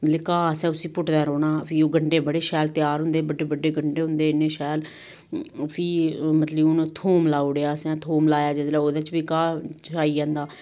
मतलब घाह असें उसी पुटदे रौह्ना फ्ही ओह् गंढे बड़े शैल त्यार होंदे बड्डे बड्डे गंढे होंदे इन्ने शैल फ्ही मतलब कि हून थूम लाई ओड़ेआ असें थोम लाया जिसलै ओह्दे बिच्च बी घाह् आई जंदा